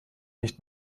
nicht